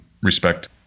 respect